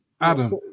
Adam